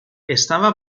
estava